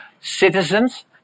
citizens